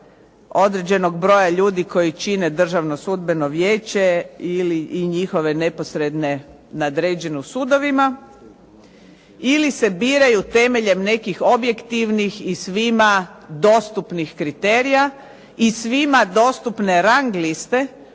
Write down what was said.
određenog broja ljudi koji čine Državno sudbeno vijeće ili i njihove neposredne nadređene u sudovima ili se biraju temeljem nekih objektivnih i svima dostupnih kriterija i svima dostupne rang liste